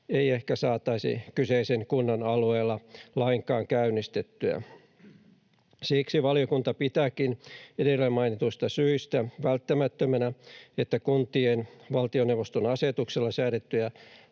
ei ehkä saataisi kyseisen kunnan alueella lainkaan käynnistettyä. Valiokunta pitääkin edellä mainituista syistä välttämättömänä, että kuntien valtioneuvoston asetuksella säädettyjä